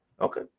Okay